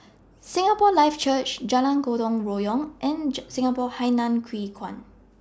Singapore Life Church Jalan Gotong Royong and Singapore Hainan Hwee Kuan